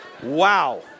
Wow